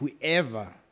whoever